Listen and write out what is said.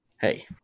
Hey